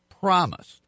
promised